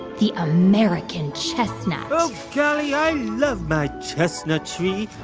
the american chestnut oh, golly, i love my chestnut tree